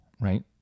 Right